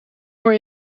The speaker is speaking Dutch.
oor